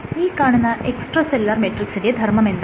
ഈ കാണുന്ന extra cellular മെട്രിക്സിന്റെ ധർമ്മമെന്താണ്